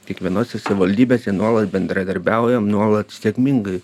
kiekvienose savivaldybėse nuolat bendradarbiaujam nuolat sėkmingai